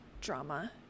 drama